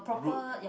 route